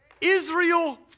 Israel